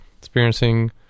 experiencing